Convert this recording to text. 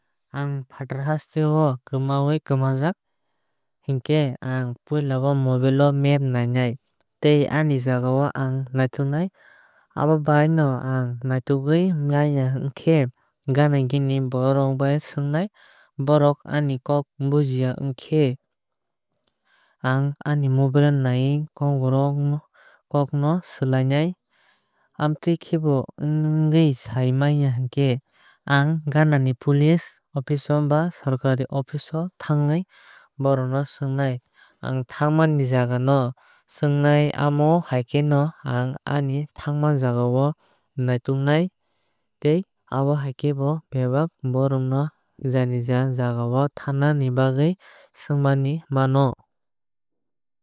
Ang fatarni hasteo kwmaui kwmajak hwnkhe ang puilao mobile no map nainai tei ani jaga no naituknai. Abobai bo naitugwui maiya wongkhe gana gini ni borok rok swngnai. Borok ani kok bujiya onkhe ang ani mobile o aani kok no brorok ni kok o slainai. Amotuikhe bo sai man ya hinkhe ang ganani police office ba sarkari office o thangwui borok no swngnai ang thangnani jaga no swngnai. Amo hai khe ang ani thangna jaga no naituknai tei abo hai khe bebak borok rok bo janija jagao thanai bagwui sungmani mano.